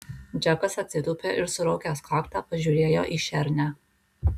džekas atsitūpė ir suraukęs kaktą pažiūrėjo į šernę